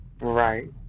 Right